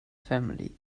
family